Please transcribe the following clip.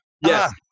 Yes